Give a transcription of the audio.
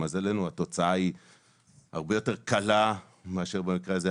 למזלנו התוצאה הרבה יותר קלה מאשר במקרה הזה,